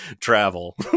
travel